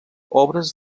obres